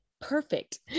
perfect